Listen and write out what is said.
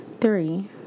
three